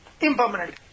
impermanent